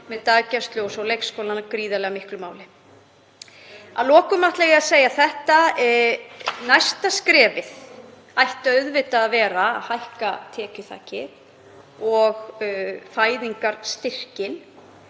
með daggæslu og svo leikskólana gríðarlega miklu máli. Að lokum ætla ég að segja þetta: Næsta skref ætti auðvitað að vera að hækka tekjuþakið og fæðingarstyrkinn.